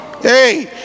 Hey